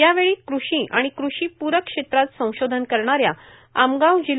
यावेळी कृषी व कृषीपूरक क्षेत्रात संशोधन करणाऱ्या आमगाव जि